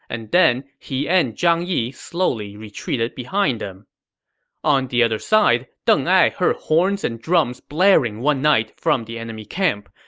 and then he and zhang yi slowly retreated behind them on the other side, deng ai heard horns and drums blaring one night from the enemy camp.